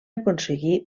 aconseguir